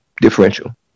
differential